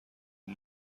اون